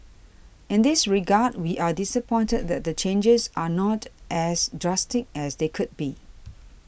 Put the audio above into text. in this regard we are disappointed that the changes are not as drastic as they could be